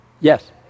Yes